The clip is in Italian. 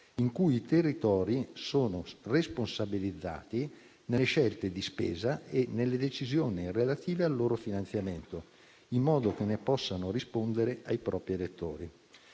in cui i territori sono responsabilizzati nelle scelte di spesa e nelle decisioni relative al loro finanziamento, in modo che ne possano rispondere ai propri elettori.